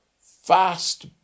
Fast